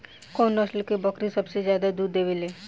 कउन नस्ल के बकरी सबसे ज्यादा दूध देवे लें?